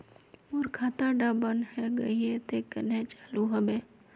मोर खाता डा बन है गहिये ते कन्हे चालू हैबे?